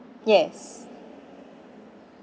yes